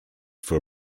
for